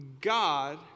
God